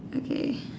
okay